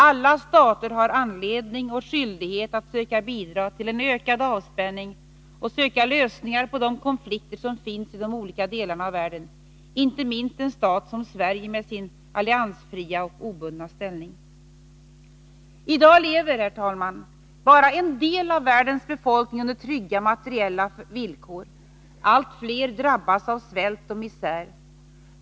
Alla stater har anledning och skyldighet att söka bidra till en ökad avspänning och söka lösningar på de konflikter som finns i olika delar av världen, inte minst en stat som Sverige med sin alliansfria och obundna ställning. I dag lever, herr talman, bara en del av världens befolkning under trygga materiella villkor. Allt fler drabbas av svält och misär.